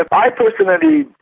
ah i personally,